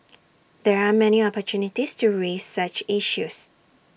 there are many opportunities to raise such issues